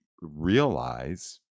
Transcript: realize